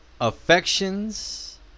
affections